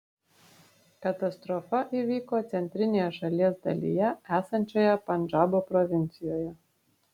katastrofa įvyko centrinėje šalies dalyje esančioje pandžabo provincijoje